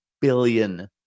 billion